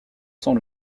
sans